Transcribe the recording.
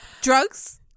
drugs